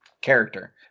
character